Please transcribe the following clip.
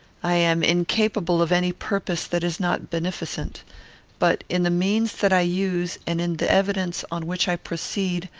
i am incapable of any purpose that is not beneficent but, in the means that i use and in the evidence on which i proceed,